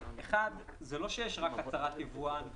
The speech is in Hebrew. האחד, זה לא שיש רק הצהרת יבואן.